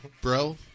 Bro